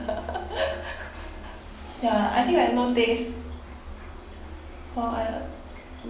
ya I think like no taste for uh